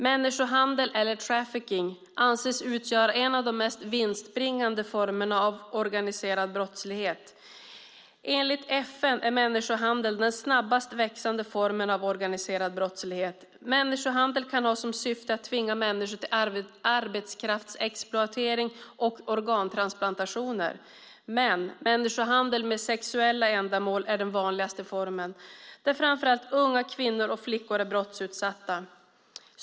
Människohandel, eller trafficking, anses utgöra en av de mest vinstbringande formerna av organiserad brottslighet. Enligt FN är människohandeln den snabbast växande formen av organiserad brottslighet. Människohandel kan ha som syfte att tvinga människor till arbetskraftsexploatering och organtransplantationer. Men människohandel för sexuella ändamål är den vanligaste formen, där framför allt unga kvinnor och flickor är brottsutsatta.